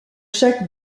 chaque